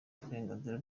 uburenganzira